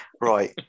Right